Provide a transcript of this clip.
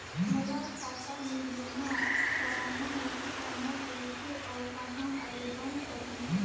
मोला खाता मे बीमा करना होहि ता मैं कइसे और कहां आवेदन करहूं?